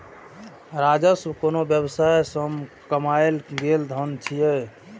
राजस्व कोनो व्यवसाय सं कमायल गेल धन छियै